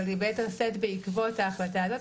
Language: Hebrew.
אבל ביתר שאת בעקבות ההחלטה הזאת,